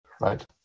right